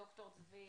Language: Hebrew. ד"ר צבי